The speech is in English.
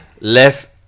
left